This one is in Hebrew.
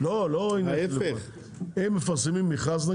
הם מפרסמים מכרז.